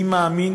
אני מאמין